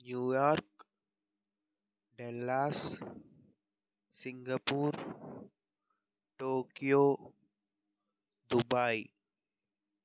New York Dallas Singapore Tokyo Dubai